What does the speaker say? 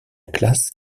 classe